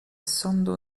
sądu